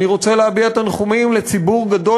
אני רוצה להביע תנחומים לציבור גדול